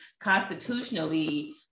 constitutionally